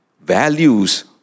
values